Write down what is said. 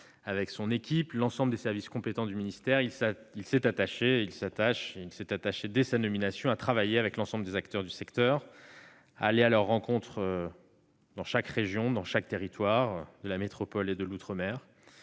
avec son équipe et les services compétents du ministère, il s'attache à travailler avec l'ensemble des acteurs du secteur et à aller à leur rencontre dans chaque région et chaque territoire de métropole et d'outre-mer.